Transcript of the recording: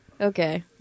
Okay